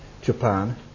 Japan